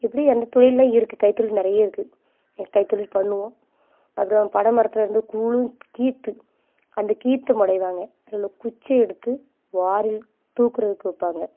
இப்படி அந்த தொழில்ல இருக்குது கைத்தொழில் நிறைய இருக்குது என் கைத்தொழில் பண்ணுவோம் அப்புறம் பனை மரத்தில் இருந்து கூழும் கீற்று அந்த கீற்று முடைவாங்க அதில் உள்ள குச்சியை எடுத்து வாரில் தூக்குறதுக்கு வைப்பாங்க